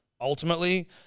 ultimately